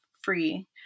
free